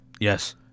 Yes